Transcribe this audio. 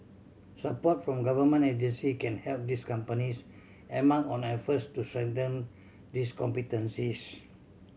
support from government agency can help these companies embark on efforts to strengthen these competencies